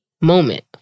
moment